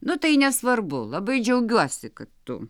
nu tai nesvarbu labai džiaugiuosi kad tu